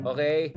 Okay